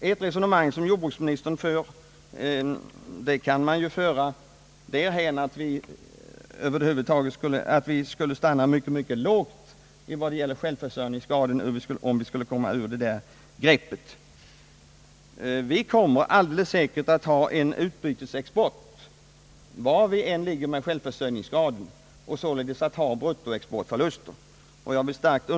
Det resonemang jordbruksministern här för är ju helt orimligt. Vi kommer alldeles säkert att ha en utbytesexport var vi än ligger med självförsörjningsgraden och kommer således att ha bruttoexportförluster.